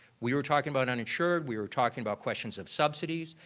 we were talking about uninsured. we were talking about questions of subsidies.